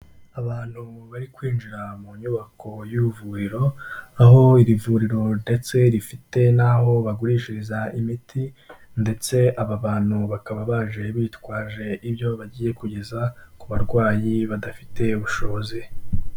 Abantu bari kwinjira mu nyubako y'ivuriro, aho iri vuriro ndetse rifite n'aho bagurishiriza imiti, ndetse aba bantu bakaba baje bitwaje ibyo bagiye kugeza ku barwayi badafite ubushobozi.